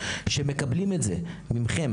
שמקבלים את זה מכם.